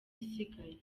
isigaye